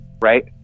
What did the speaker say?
right